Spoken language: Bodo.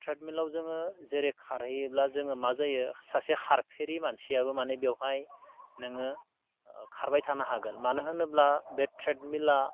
ट्रेडमिलाव जोङो जेरै खारहैयोब्ला जोङो मा जायो सासे खारफेरि मानसियाबो माने बेवहाय नोङो खारबाय थानो हागोन मानो होनोब्ला बे ट्रेडमिला